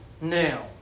now